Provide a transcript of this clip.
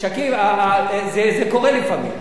זה מה שהם, שכיב, זה קורה לפעמים.